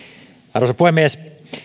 arvoisa puhemies